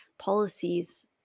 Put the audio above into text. policies